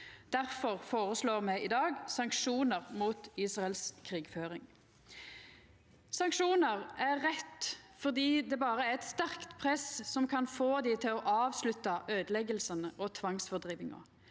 Difor føreslår me i dag sanksjonar mot den israelske krigføringa. Sanksjonar er rett fordi det berre er eit sterkt press som kan få dei til å avslutta øydeleggingane og tvangsfordrivinga.